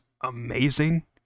amazing